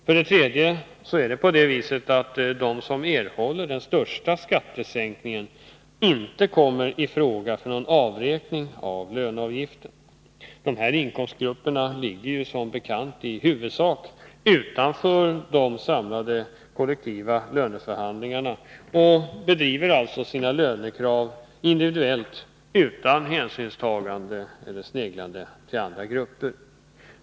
För det tredje kommer de som erhåller den största skattesänkningen inte i fråga för någon avräkning av löneavgiften. Dessa inkomstgrupper ligger som bekant i huvudsak utanför de samlade kollektiva löneförhandlingarna, och de bedriver sina lönekrav individuellt och utan hänsynstagande till andra grupper.